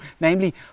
Namely